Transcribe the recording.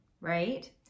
right